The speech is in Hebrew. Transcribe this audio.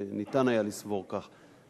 אף שניתן היה לסבור כך.